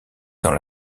dans